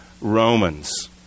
Romans